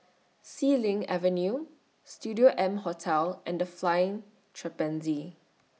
Xilin Avenue Studio M Hotel and The Flying Trapeze